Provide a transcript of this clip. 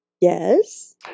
Yes